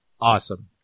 Awesome